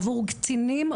עבור קטינים,